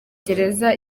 gereza